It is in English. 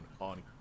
on